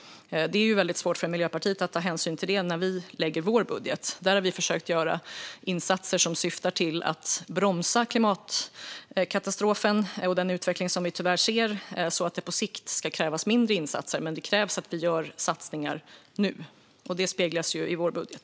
Det är väldigt svårt för Miljöpartiet att ta hänsyn till detta när vi lägger fram vår budget. Där har vi försökt göra insatser som syftar till att bromsa klimatkatastrofen och den utveckling som vi tyvärr ser, så att det på sikt ska krävas mindre insatser. Men det krävs att vi gör satsningar nu, och det speglas i vår budget.